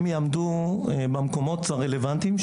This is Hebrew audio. הם יעמדו במקומות הרלוונטיים,